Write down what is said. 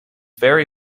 very